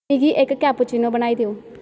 मिगी इक कैपैचीनो बनाई देओ